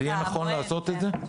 זה יהיה נכון לעשות את זה?